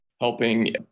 helping